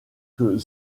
que